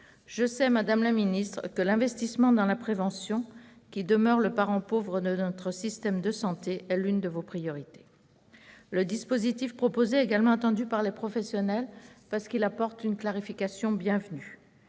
Je sais, madame la ministre, que l'investissement dans la prévention, qui demeure le parent pauvre de notre système de santé, est l'une de vos priorités. Le dispositif proposé est également attendu par les professionnels, parce qu'il apporte une clarification bienvenue.